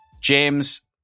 James